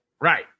Right